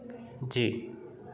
जी